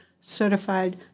Certified